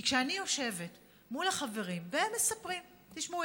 כי כשאני יושבת מול החברים והם מספרים: תשמעו,